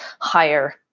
higher